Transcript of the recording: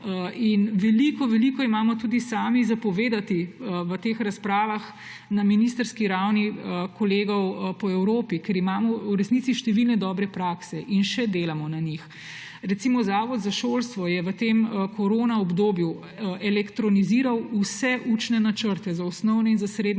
Veliko veliko imamo tudi sami povedati v teh razpravah na ministrski ravni kolegov po Evropi, ker imamo v resnici številne dobre prakse in še delamo na njih. Recimo Zavod za šolstvo je v tem koronaobdobju elektroniziral vse učne načrte za osnovne in za srednje